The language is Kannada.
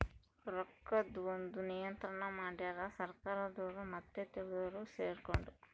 ರೊಕ್ಕದ್ ಒಂದ್ ನಿಯಂತ್ರಣ ಮಡ್ಯಾರ್ ಸರ್ಕಾರದೊರು ಮತ್ತೆ ತಿಳ್ದೊರು ಸೆರ್ಕೊಂಡು